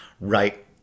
right